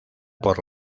por